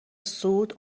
صعود